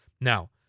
Now